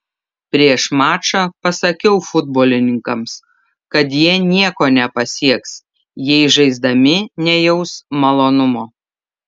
prieš mačą pasakiau futbolininkams kad jie nieko nepasieks jei žaisdami nejaus malonumo